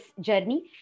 journey